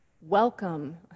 welcome